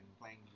playing